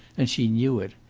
and she knew it.